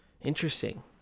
Interesting